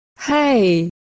Hey